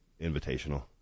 invitational